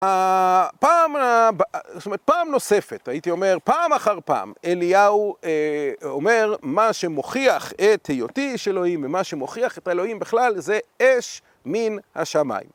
זאת אומרת, פעם נוספת, הייתי אומר, פעם אחר פעם, אליהו אומר מה שמוכיח את היותי איש אלוהים ומה שמוכיח את האלוהים בכלל זה אש מן השמיים.